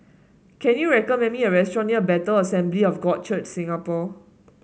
can you recommend me a restaurant near Bethel Assembly of God Church Singapore